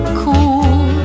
cool